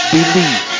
Believe